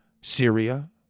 Syria